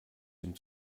dem